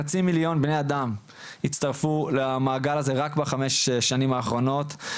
חצי מיליון בני אדם הצטרפו למעגל הזה רק בחמש שנים האחרונות,